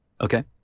Okay